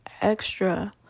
extra